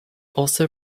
also